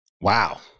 Wow